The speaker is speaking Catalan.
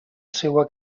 seua